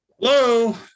Hello